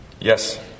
Yes